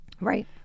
Right